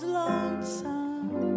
lonesome